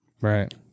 Right